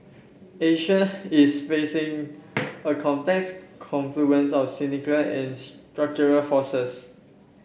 Asia is facing a complex confluence of cyclical and structural forces